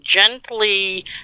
gently